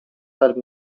were